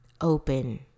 open